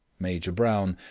major brown,